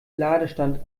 ladestand